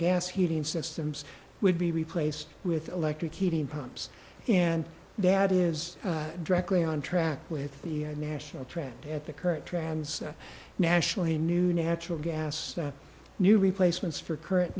gas heating sets sims would be replaced with electric heating pumps and that is directly on track with the national trend at the current trams that nationally new natural gas that new replacements for current